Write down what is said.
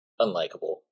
unlikable